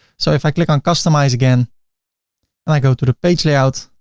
so if i click on customize again and i go to the page layout,